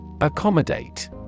Accommodate